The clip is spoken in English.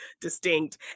distinct